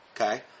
Okay